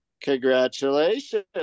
Congratulations